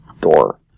door